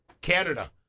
Canada